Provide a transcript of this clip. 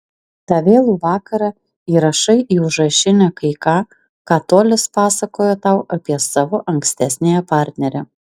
tą vėlų vakarą įrašai į užrašinę kai ką ką tolis pasakojo tau apie savo ankstesniąją partnerę